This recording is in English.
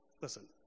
Listen